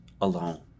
alone